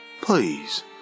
Please